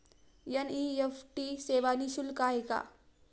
NEFT सेवा निःशुल्क आहे का?